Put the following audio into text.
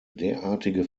derartige